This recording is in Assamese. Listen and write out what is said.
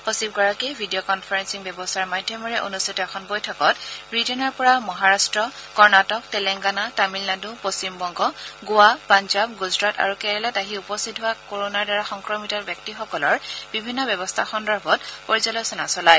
সচিবগৰাকীয়ে ভিডিঅ কনফাৰেলিং ব্যৱস্থাৰ মাধ্যমেৰে অনুষ্ঠিত এখন বৈঠকত ৱিটেইনৰ পৰা মহাৰাট্ট কৰ্ণাটক তেলেংগানা তামিলনাডু পশ্চিমবংগ গোৱা পাঞ্জাৱ গুজৰাট আৰু কেৰালাত আহি উপস্থিত হোৱা কোৰোণাৰ দ্বাৰা সংক্ৰমিত ব্যক্তিসকলৰ বিভিন্ন ব্যৱস্থা সন্দৰ্ভত পৰ্যালোচনা চলায়